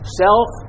self